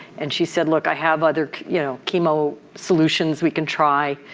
and she said, look, i have other you know chemo solutions we can try.